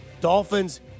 Dolphins